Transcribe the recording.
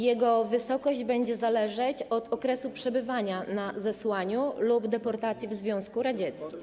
Jego wysokość będzie zależeć od okresu przebywania na zesłaniu lub deportacji w Związku Radzieckim.